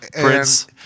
Prince